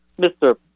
Mr